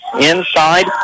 inside